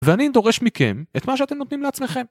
ואני דורש מכם את מה שאתם נותנים לעצמכם